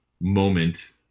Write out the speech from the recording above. moment